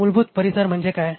मूलभूत परिसर म्हणजे काय